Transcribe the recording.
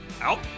Out